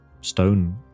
stone